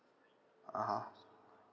(uh huh)